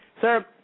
Sir